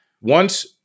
once-